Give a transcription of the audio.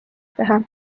teha